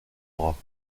bras